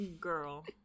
girl